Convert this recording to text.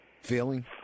feeling